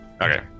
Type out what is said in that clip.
Okay